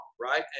right